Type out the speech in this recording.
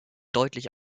deutlich